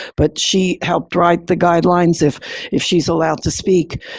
but she helped write the guidelines. if if she's allowed to speak,